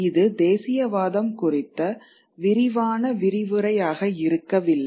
இது தேசியவாதம் குறித்த விரிவான விரிவுரையாக இருக்கவில்லை